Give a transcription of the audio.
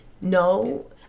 no